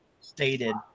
stated